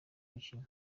gukina